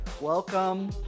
welcome